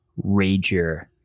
rager